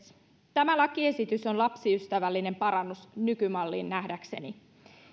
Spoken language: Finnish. tämä lakiesitys on lapsiystävällinen parannus nykymalliin nähdäkseni